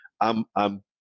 I'm—I'm